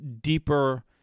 deeper